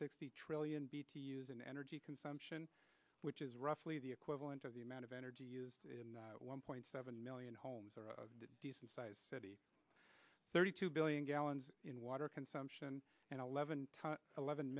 sixty trillion b to use in energy consumption which is roughly the equivalent of the amount of energy used in one point seven million homes are a decent sized city thirty two billion gallons in water consumption and eleven eleven